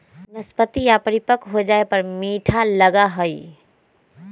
नाशपतीया परिपक्व हो जाये पर मीठा लगा हई